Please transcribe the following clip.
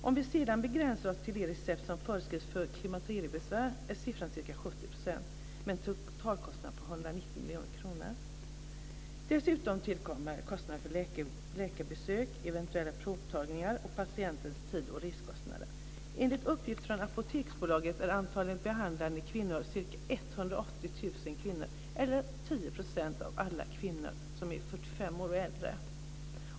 Om vi sedan begränsar oss till de recept som förskrivs för klimakteriebesvär är siffran ca 70 %, med en totalkostnad på 190 miljoner kronor. Dessutom tillkommer kostnad för läkarbesök, eventuella provtagningar och patientens tids och resekostnader. Enligt uppgift från Apoteksbolaget är antalet behandlade kvinnor ca 180 000, eller 10 % av alla kvinnor som är 45 år och äldre.